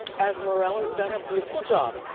as morel has done a beautiful job.